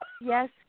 Yes